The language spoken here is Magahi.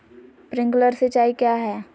प्रिंक्लर सिंचाई क्या है?